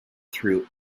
threw